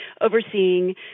overseeing